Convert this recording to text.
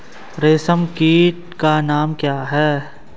रेशम कीट का नाम क्या है?